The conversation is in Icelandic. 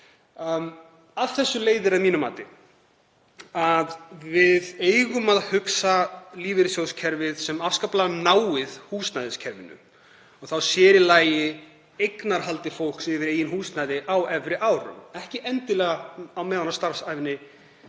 Af þessu leiðir að mínu mati að við eigum að hugsa lífeyrissjóðakerfið sem afskaplega náið húsnæðiskerfinu, sér í lagi eignarhald fólks yfir eigin húsnæði á efri árum, ekki endilega meðan á starfsævinni